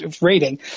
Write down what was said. rating